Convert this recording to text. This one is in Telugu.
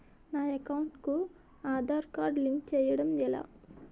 నా అకౌంట్ కు ఆధార్ కార్డ్ లింక్ చేయడం ఎలా?